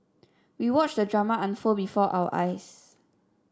we watched the drama unfold before our eyes